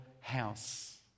house